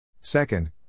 Second